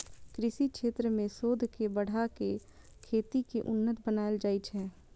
कृषि क्षेत्र मे शोध के बढ़ा कें खेती कें उन्नत बनाएल जाइ छै